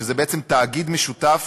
שזה בעצם תאגיד משותף